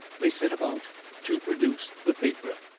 they set about to produce the paper.